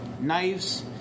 knives